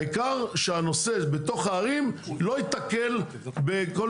העיקר שהנושא בתוך הערים לא ייתקל בכל